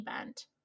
event